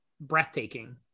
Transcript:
breathtaking